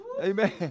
amen